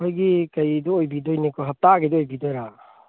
ꯑꯩꯈꯣꯏꯒꯤ ꯀꯩꯗꯨ ꯑꯣꯏꯕꯤꯗꯣꯏꯅꯤꯀꯣ ꯍꯞꯇꯥꯒꯤꯗꯨ ꯑꯣꯏꯕꯤꯗꯣꯏꯔꯥ